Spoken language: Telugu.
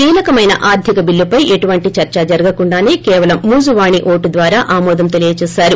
కీలకమైన ఆర్దిక బిల్లుపై ఎలాంటి చర్చా జరగకుండాసే కేవలం మూజువాణి ఓటు ద్వారా ఆమోదం తెలియజేశారు